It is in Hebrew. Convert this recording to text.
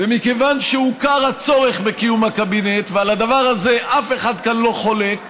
ומכיוון שהוכר הצורך בקיום קבינט ועל הדבר הזה אף אחד כאן לא חולק,